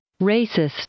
Racist